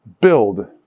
build